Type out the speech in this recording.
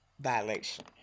violation